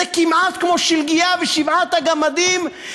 זה כמעט כמו שלגיה ושבעת הגמדים,